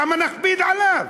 למה נכביד עליו?